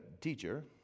teacher